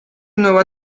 nueva